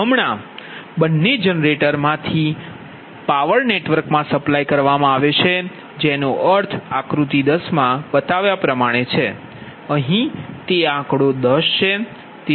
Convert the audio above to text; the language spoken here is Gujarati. હમણાં બંને જનરેટર માંથી પાવર નેટવર્કમાં સપ્લાય કરવામાં આવે છે જેનો અર્થ આકૃતિ 10 માં બતાવ્યા પ્રમાણે છે અહીં તે આંકડો 10 છે